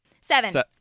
seven